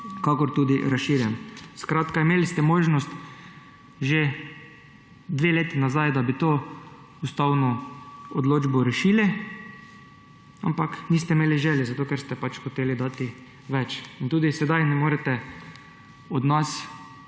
kakor tudi razširjeni program. Skratka, imeli ste možnost že dve leti nazaj, da bi to ustavno odločbo rešili, ampak niste imeli želje, zato ker ste pač hoteli dati več. In tudi sedaj ne morete od nas